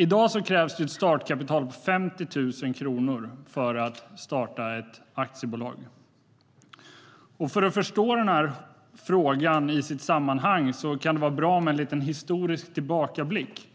I dag krävs det ett startkapital på 50 000 kronor för att man ska kunna starta ett aktiebolag. För att förstå den här frågan i sitt sammanhang kan det vara bra med en liten historisk tillbakablick